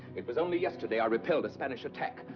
it was only yesterday i repelled a spanish attack,